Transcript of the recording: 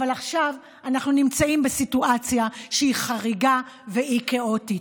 אבל עכשיו אנחנו נמצאים בסיטואציה שהיא חריגה והיא כאוטית.